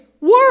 work